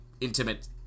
intimate